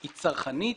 היא צרכנית,